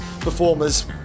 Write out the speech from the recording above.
performers